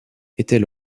était